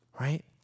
right